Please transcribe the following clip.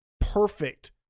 perfect